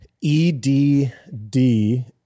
E-D-D